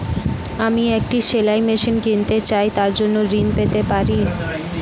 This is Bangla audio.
আমি একটি সেলাই মেশিন কিনতে চাই তার জন্য ঋণ পেতে পারি?